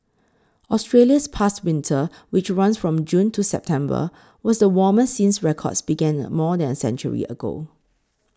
Australia's past winter which runs from June to September was the warmest since records began the more than a century ago